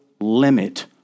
limit